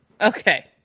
Okay